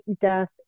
death